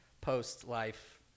post-life